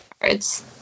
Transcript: cards